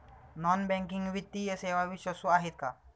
Non banking वित्तीय सेवा विश्वासू आहेत का?